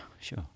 sure